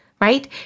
right